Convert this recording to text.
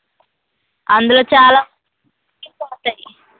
అందులో చాలా పురగులకే పోతాయి